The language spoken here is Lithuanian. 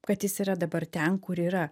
kad jis yra dabar ten kur yra